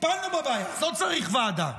טיפלנו בבעיה אז לא צריך ועדה,